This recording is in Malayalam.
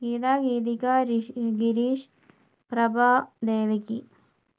ഗീത ഗീതിക രിഷ് ഗിരീഷ് പ്രഭാ ദേവകി